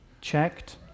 checked